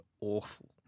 awful